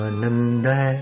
Ananda